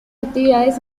actividades